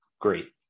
great